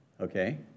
Okay